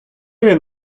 він